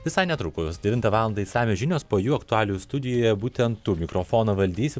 visai netrukus devintą valandą išsamios žinios po jų aktualijų studijoje būtent tu mikrofoną valdysi